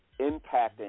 impacting